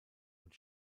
und